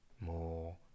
more